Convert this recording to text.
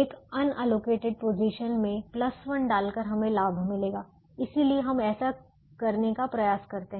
एक unallocated position में 1 डालकर हमें लाभ मिलेगा इसलिए हम ऐसा करने का प्रयास करते हैं